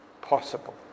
possible